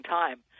time